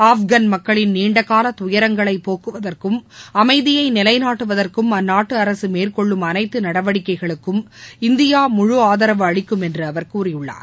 ஆப்கான் மக்களின் நீண்ட கால துயரங்களை போக்குவதற்கும் அமைதியை நிலைநாட்டுவதற்கும் அந்நாட்டு அரசு மேற்கொள்ளும் அனைத்து நடவடிக்கைகளுக்கும் இந்தியா முழு ஆதரவு அளிக்கும் என்று அவர் கூறியுள்ளார்